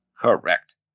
Correct